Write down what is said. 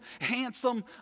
handsome